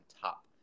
top